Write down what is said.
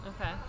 Okay